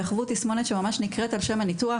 יחוו תסמונת שממש נקראת על שם הניתוח.